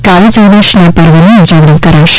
કાળીચૌદશના પર્વની ઉજવણી કરાશે